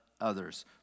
others